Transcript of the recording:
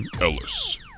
ellis